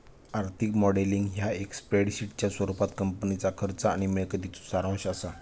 आर्थिक मॉडेलिंग ह्या एक स्प्रेडशीटच्या स्वरूपात कंपनीच्या खर्च आणि मिळकतीचो सारांश असा